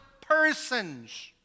persons